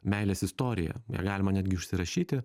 meilės istoriją ją galima netgi užsirašyti